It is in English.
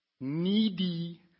Needy